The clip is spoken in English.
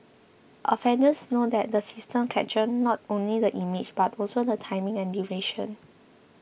offenders know that the system captures not only the image but also the timing and duration